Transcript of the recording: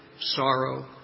sorrow